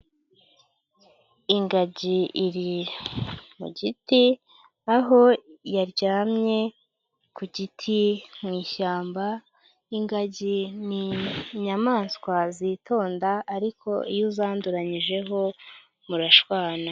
Ingagi iri mu giti, aho yaryamye ku giti mu ishyamba, ingagi ni inyamaswa zitonda ariko iyo uzanduranyijeho murashwana.